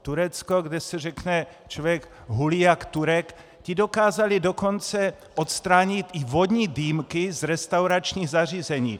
Turecko, kde se řekne, člověk hulí jak Turek, ti dokázali dokonce odstranit i vodní dýmky z restauračních zařízení.